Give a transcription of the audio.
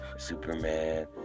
Superman